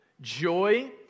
joy